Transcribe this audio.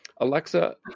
Alexa